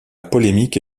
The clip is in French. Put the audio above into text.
polémique